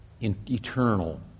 eternal